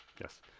Yes